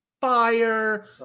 fire